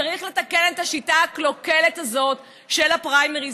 צריך לתקן את השיטה הקלוקלת הזאת של הפריימריז,